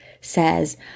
says